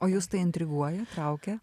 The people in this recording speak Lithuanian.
o jus tai intriguoja traukia